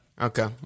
Okay